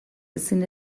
ezin